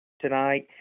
tonight